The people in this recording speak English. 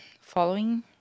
following